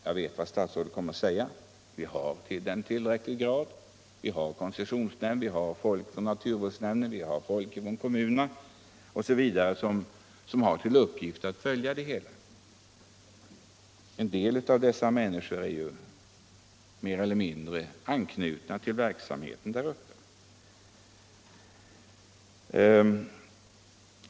Jag vet att statsrådet kommer att säga att vi har det i tillräcklig grad — vi har koncessionsnämnden, naturvårdsverket och folk inom kommunerna som har till uppgift att följa det hela. En del av dessa människor är mer eller mindre knutna till verksamheten där uppe.